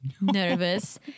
nervous